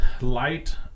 light